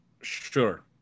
Sure